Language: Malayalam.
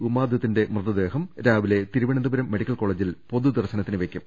ഉമാദത്തിന്റെ മൃതദേഹം രാവിലെ തിരുവനന്തപുരം മെഡിക്കൽ കോളേജിൽ പൊതു ദർശനത്തിന് വെയ്ക്കും